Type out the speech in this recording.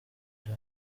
hari